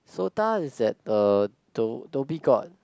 SOTA is at uh dho~ Dhoby Ghaut